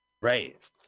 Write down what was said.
Right